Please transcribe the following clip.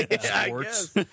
sports